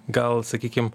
gal sakykim